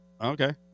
Okay